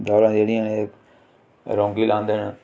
दालां जेहड़ियां न एह् रौंगी लांदे न